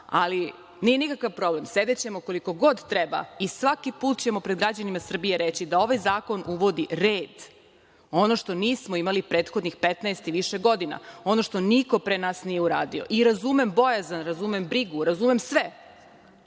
ali nije nikakav problem, sedećemo koliko god treba i svaki put ćemo pred građanima Srbije reći da ovaj zakon uvodi red. Ono što nismo imali prethodnih 15 i više godina. Ono što niko pre nas nije uradio. Razumem bojazan, razumem brigu, razume sve,